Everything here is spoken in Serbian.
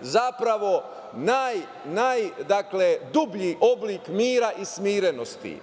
zapravo najdublji oblik mira i smirenosti.